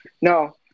No